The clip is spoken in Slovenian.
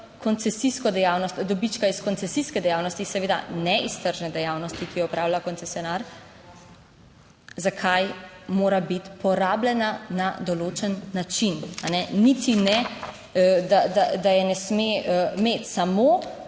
koncesijsko dejavnost, dobička iz koncesijske dejavnosti, seveda ne iz tržne dejavnosti, ki jo opravlja koncesionar, zakaj mora biti porabljena na določen način? Niti ne, da je ne sme imeti, samo